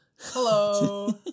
Hello